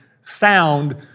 sound